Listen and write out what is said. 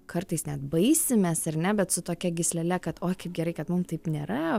kartais net baisimės ar ne bet su tokia gyslele kad oi kaip gerai kad mum taip nėra